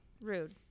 Rude